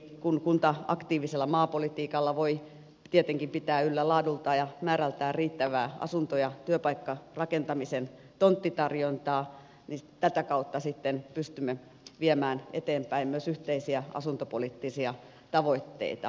kun kunta aktiivisella maapolitiikalla voi tietenkin pitää yllä laadultaan ja määrältään riittävää asunto ja työpaikkarakentamisen tonttitarjontaa niin tätä kautta sitten pystymme viemään eteenpäin myös yhteisiä asuntopoliittisia tavoitteitamme